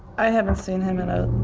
i haven't seen him in